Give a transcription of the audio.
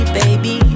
baby